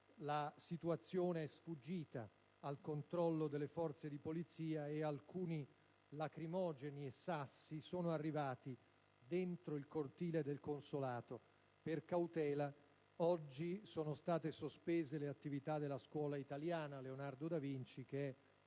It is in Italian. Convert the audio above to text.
la situazione è sfuggita al controllo delle forze di polizia, e alcuni lacrimogeni e sassi sono arrivati dentro il cortile del consolato. Per cautela oggi sono state sospese le attività della scuola italiana Leonardo da Vinci, che